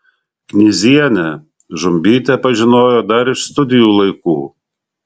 knyzienę žumbytė pažinojo dar iš studijų laikų